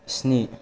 स्नि